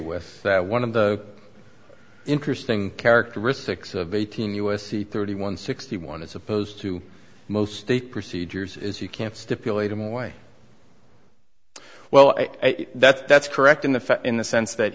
with that one of the interesting characteristics of eighteen u s c thirty one sixty one as opposed to most the procedures is you can stipulate i'm way well that's that's correct in effect in the sense that